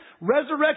Resurrection